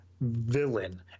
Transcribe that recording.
villain